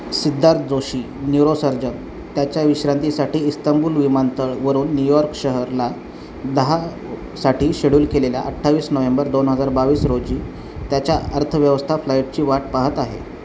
Siddharth Joshi neurosurgeon त्याच्या विश्रांतीसाठी Istanbul विमानतळावरून न्यूयॉर्क शहराला दहा साठी शेड्यूल केलेल्या अठ्ठावीस नोव्हेंबर दोन हजार बावीस रोजी त्याच्या अर्थव्यवस्था फ्लाईटची वाट पाहत आहे